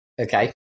Okay